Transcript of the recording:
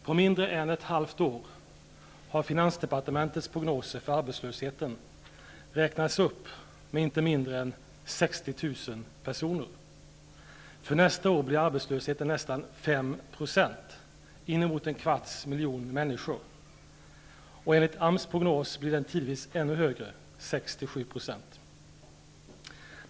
På mindre än ett halvt år har finansdepartementets prognoser för arbetslösheten räknats upp med inte mindre än 60 000 personer. För nästa år blir arbetslösheten nästan 5 %, inemot en kvarts miljon människor. Enligt AMS prognos blir den tidvis ännu högre, 6--7 %.